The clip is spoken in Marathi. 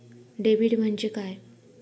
डेबिट म्हणजे काय?